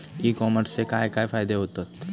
E कॉमर्सचे काय काय फायदे होतत?